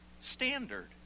standard